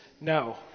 No